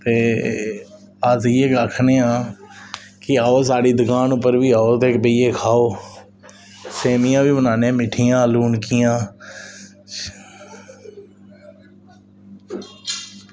ते अस इयै आक्खने आं कि आओ ते साढ़ी दकान पर बी आओ ते खाओ साढ़ी दकान पर बी खाओ सेवियां बी बनान्ने मिट्ठियां लूनकियां